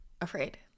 afraid